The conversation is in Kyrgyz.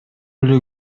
эле